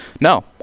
no